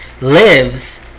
lives